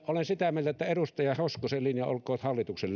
olen sitä mieltä että edustaja hoskosen linja olkoon hallituksen